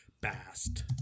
bast